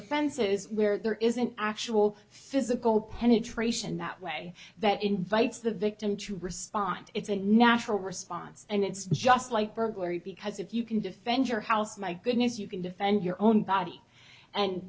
offenses where there is an actual physical penetration that way that invites the victim to respond it's a natural response and it's just like burglary because if you can defend your house my goodness you can defend your own body and